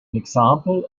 example